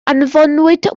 anfonwyd